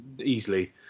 easily